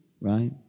right